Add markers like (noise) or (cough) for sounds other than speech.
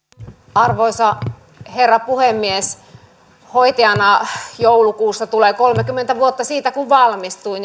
arvoisa herra puhemies hoitajana joulukuussa tulee kolmekymmentä vuotta siitä kun valmistuin (unintelligible)